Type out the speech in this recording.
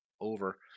over